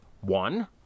One